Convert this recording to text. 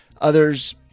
others